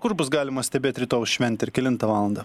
kur bus galima stebėt rytojaus šventę ir kelintą valandą